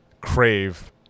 crave